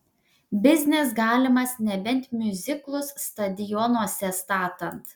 biznis galimas nebent miuziklus stadionuose statant